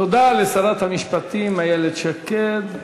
תודה לשרת המשפטים איילת שקד.